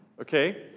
okay